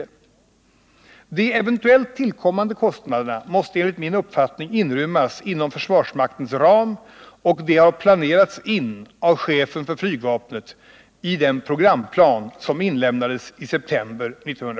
De Nr 46 eventuellt tillkommande kostnaderna måste enligt min uppfattning inrymmas inom försvarsmaktens ram, och de har planerats in av chefen för